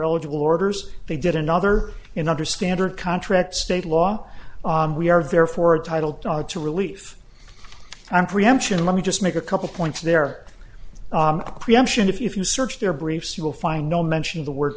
eligible orders they did another in understand or contract state law we are there for a title to relief i'm preemption let me just make a couple points there preemption if you search their briefs you will find no mention of the word